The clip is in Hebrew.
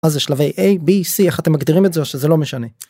מה זה שלבי a b c איך אתם מגדירים את זה או שזה לא משנה.